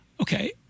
Okay